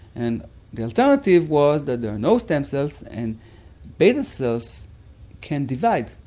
and the alternative was that there are no stem cells, and beta cells can divide,